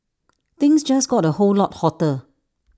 things just got A whole lot hotter